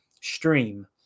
stream